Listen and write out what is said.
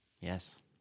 yes